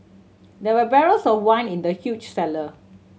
there were barrels of wine in the huge cellar